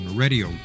radio